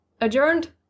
adjourned